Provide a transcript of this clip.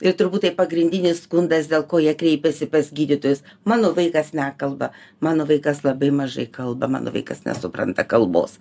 ir turbūt tai pagrindinis skundas dėl ko jie kreipiasi pas gydytojus mano vaikas nekalba mano vaikas labai mažai kalba mano vaikas nesupranta kalbos